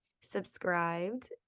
subscribed